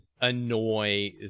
annoy